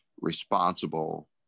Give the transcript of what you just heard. responsible